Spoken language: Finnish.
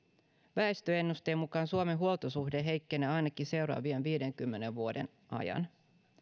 väestöennusteen mukaan suomen huoltosuhde heikkenee ainakin seuraavien viidenkymmenen vuoden ajan